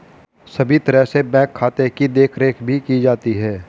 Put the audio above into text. सभी तरह से बैंक के खाते की देखरेख भी की जाती है